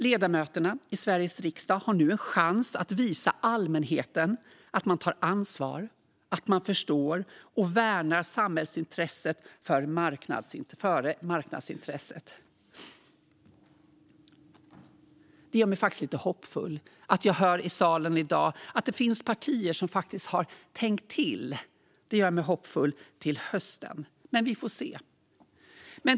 Ledamöterna i Sveriges riksdag har nu en chans att visa allmänheten att de tar ansvar, förstår och värnar samhällsintresset före marknadsintresset. Att jag i salen i dag hör att det finns partier som har tänkt till gör mig lite hoppfull inför hösten, men vi får se.